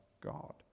God